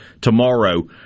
tomorrow